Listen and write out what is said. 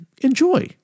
Enjoy